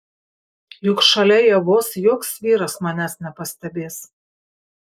juk šalia ievos joks vyras manęs nepastebės